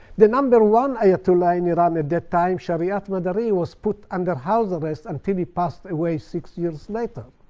the number one ayatollah in iran at that time, shariatmadari, was put under house arrest until he passed away six years later.